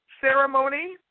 ceremony